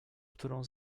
którą